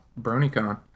BronyCon